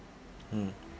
mm